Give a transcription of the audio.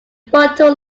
frontal